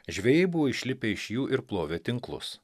žvejai buvo išlipę iš jų ir plovė tinklus